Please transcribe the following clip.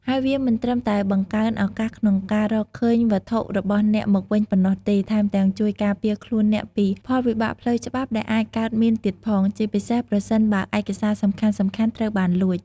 ហើយវាមិនត្រឹមតែបង្កើនឱកាសក្នុងការរកឃើញវត្ថុរបស់អ្នកមកវិញប៉ុណ្ណោះទេ ថែមទាំងជួយការពារខ្លួនអ្នកពីផលវិបាកផ្លូវច្បាប់ដែលអាចកើតមានទៀតផង ជាពិសេសប្រសិនបើឯកសារសំខាន់ៗត្រូវបានលួច។